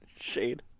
Shade